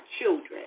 children